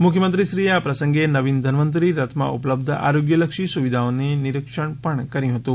મુખ્યમંત્રીશ્રીએ આ પ્રસંગે નવીન ધનવંતરી રથમાં ઉપલબ્ધ આરોગ્યલક્ષી સુવિધાઓની નિરીક્ષણ પણ કર્યું હતું